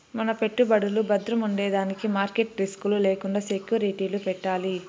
మన పెట్టుబడులు బద్రముండేదానికి మార్కెట్ రిస్క్ లు లేకండా సెక్యూరిటీలు పెట్టాలి